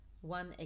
one